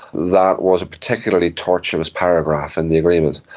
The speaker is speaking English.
that was a particularly tortuous paragraph in the agreement,